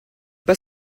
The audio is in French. pas